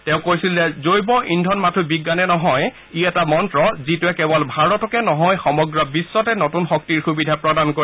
তেওঁ কৈছিল যে জৈৱ ইন্ধন মাথো বিজ্ঞানে নহয় ই এটা মন্ত্ৰ যিটোৱে কেৱল ভাৰতকে নহয় সমগ্ৰ বিশ্বতে নতুন শক্তিৰ সুবিধা প্ৰদান কৰিব